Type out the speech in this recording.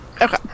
Okay